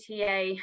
TA